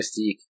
Mystique